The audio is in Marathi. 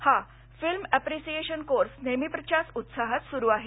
हा फिल्म अप्रिसिएशन कोर्स नेहमीच्याच उत्साहात सुरू आहे